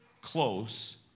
close